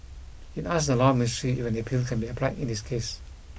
it asked the Law Ministry if an appeal can be applied in this case